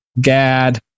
gad